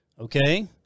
okay